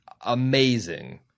amazing